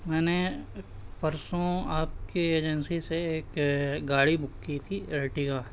میں نے پرسوں آپ کی ایجنسی سے ایک گاڑی بک کی تھی ارٹیگا